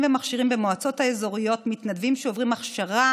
ומכשירים במועצות האזוריות מתנדבים שעוברים הכשרה